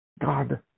God